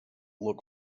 look